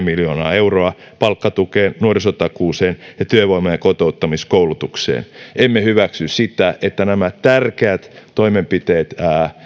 miljoonaa euroa palkkatukeen nuorisotakuuseen ja työvoima ja kotouttamiskoulutukseen emme hyväksy sitä että nämä tärkeät toimenpiteet